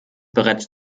bereits